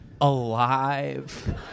alive